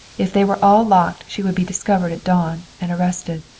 if they were all locked she would be discovered at dawn, and arrested.